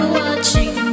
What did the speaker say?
watching